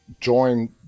join